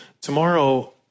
tomorrow